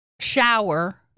shower